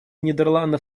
нидерландов